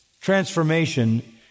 transformation